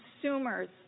Consumers